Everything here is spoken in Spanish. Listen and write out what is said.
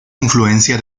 influencia